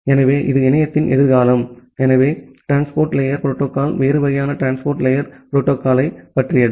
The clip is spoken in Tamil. எனவே இது இணையத்தின் எதிர்காலம் எனவே டிரான்ஸ்போர்ட் லேயர் புரோட்டோகால் வேறு வகையான டிரான்ஸ்போர்ட் லேயர் புரோட்டோகால்யைப் பற்றியது